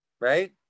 right